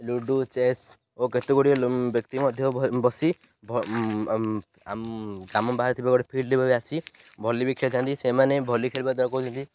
ludo chess ଓ କେତେ ଗୁଡ଼ିଏ ବ୍ୟକ୍ତି ମଧ୍ୟ ବସି ବାହାରି ଥିବା ଗୋଟେ ଫିଲ୍ଡ ଆସି ଭଲି ବି ଖେଳିଥାନ୍ତି ସେମାନେ ଭଲି ଖେଳିବା ଦ୍ୱାରା କହୁଛନ୍ତି